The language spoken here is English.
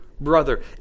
brother